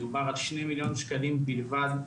דובר על שני מיליון שקלים בלבד,